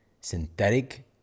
synthetic